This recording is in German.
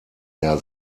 her